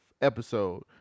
episode